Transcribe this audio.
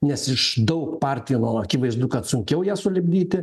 nes iš daug partijų nu akivaizdu kad sunkiau ją sulipdyti